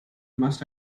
must